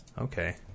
Okay